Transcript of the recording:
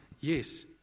Yes